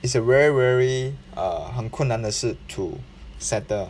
is a very very uh 很困难的事 to settle